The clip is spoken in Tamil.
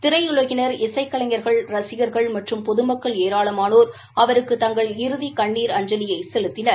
திரையுலகினர் இசைக்கலைஞர்கள் ரசிகர்கள் மற்றும் பொதுமக்கள் ஏராளமானோர் அவருக்கு தங்கள் இறுதி கண்ணீர் அஞ்சலியை செலுத்திளர்